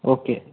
okay